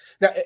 Now